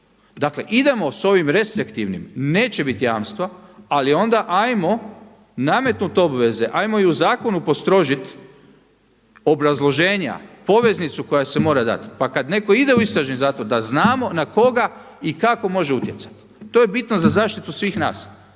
Dakle idemo s ovim restriktivnim, neće biti jamstva, ali onda ajmo nametnut obveze, ajmo i u zakonu postrožit obrazloženja poveznicu koja se mora dati, pa kada neko ide u istražni zatvor da znamo na koga i kako može utjecati. To je bitno za zaštitu svih nas,